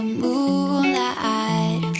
moonlight